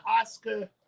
Oscar